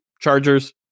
Chargers